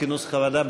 כנוסח הוועדה,